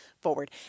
forward